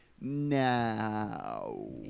now